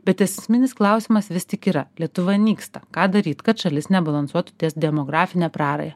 bet esminis klausimas vis tik yra lietuva nyksta ką daryt kad šalis nebalansuotų ties demografine praraja